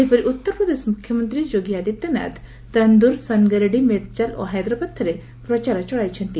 ସେହିପରି ଉତ୍ତରପ୍ରଦେଶ ମୁଖ୍ୟମନ୍ତ୍ରୀ ଯୋଗ୍ୟ ଆଦିତ୍ୟନାଥ ତାନ୍ଦୁର ସାନଗରେଡି ମେଦ୍ଚାଲ ଓ ହାଇଦ୍ରାବାଦ୍ଠାରେ ପ୍ରଚାର ଚଳାଇଛନ୍ତି